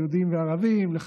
ערבים ויהודים,